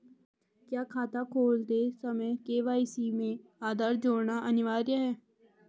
क्या खाता खोलते समय के.वाई.सी में आधार जोड़ना अनिवार्य है?